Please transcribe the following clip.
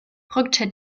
rückte